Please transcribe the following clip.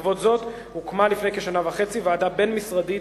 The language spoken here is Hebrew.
בעקבות זאת הוקמה לפני כשנה וחצי ועדה בין-משרדית